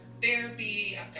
therapy